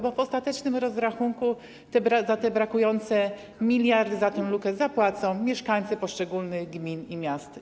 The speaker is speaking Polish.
Bo w ostatecznym rozrachunku za te brakujące miliardy, za tę lukę zapłacą mieszkańcy poszczególnych gmin i miast.